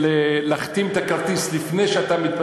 של להחתים את הכרטיס לפני שאתה,